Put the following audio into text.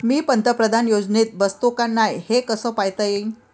मी पंतप्रधान योजनेत बसतो का नाय, हे कस पायता येईन?